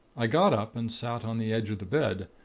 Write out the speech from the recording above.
i got up and sat on the edge of the bed,